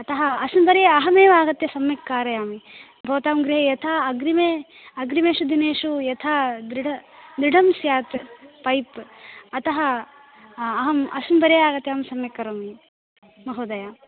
अतः अस्मिन् वारे अहमेव आगत्य सम्यक् कारयामि भवतां गृहे यथा अग्रिमे अग्रिमेषु दिनेषु यथा दृढ दृढं स्यात् पैप् अतः अहं अस्मिन् वारे आगत्य सम्यक् करोमि महोदय